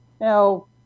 Now